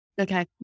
Okay